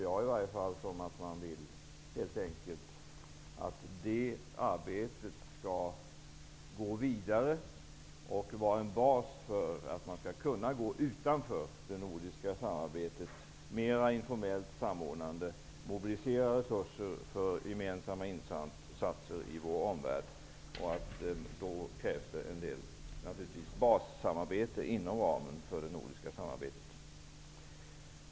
Jag tolkar detta helt enkelt så att det arbetet skall gå vidare och vara en bas för att man skall kunna gå utanför det nordiska samarbetet och med mera informell samordning mobilisera resurser för gemensamma insatser i vår omvärld. Då krävs det naturligtvis en del bassamverkan inom ramen för det nordiska samarbetet.